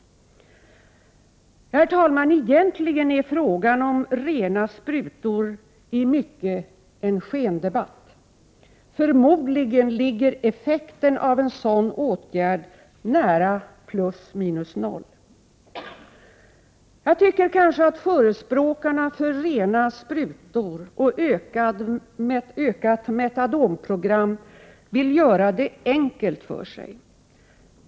Herr talman! Egentligen är frågan om rena sprutor i mycket en skendebatt. Förmodligen ligger effekten av en sådan åtgärd nära plus minus noll. Jag tycker att förespråkarna för rena sprutor och ökade metadonprogram vill göra det enkelt för sig.